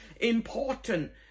important